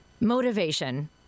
Motivation